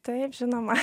taip žinoma